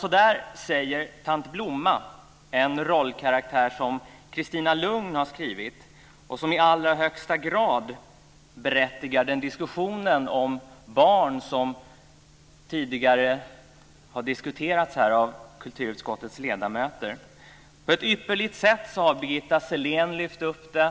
Så där säger Tant Blomma, en rollkaraktär som Kristina Lugn har skrivit och som i allra högsta grad berättigar den diskussion om barn som tidigare förts här av kulturutskottets ledamöter. På ett ypperligt sätt har Birgitta Sellén lyft upp det.